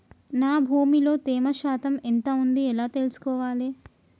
నా భూమి లో తేమ శాతం ఎంత ఉంది ఎలా తెలుసుకోవాలే?